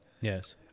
Yes